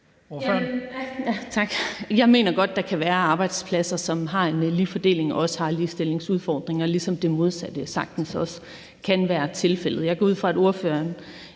Jeg mener godt, at der kan være arbejdspladser, som har en lige fordeling og har ligestillingsudfordringer, ligesom det modsatte sagtens også kan være tilfældet. Jeg går ud fra, at ordføreren